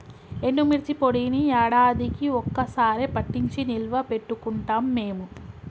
ఎండుమిర్చి పొడిని యాడాదికీ ఒక్క సారె పట్టించి నిల్వ పెట్టుకుంటాం మేము